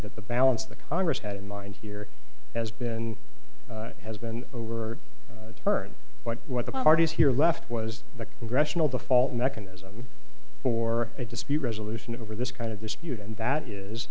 that the balance of the congress had in mind here has been has been over turn but what the parties here left was the congressional default mechanism for a dispute resolution over this kind of dispute and that is